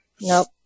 Nope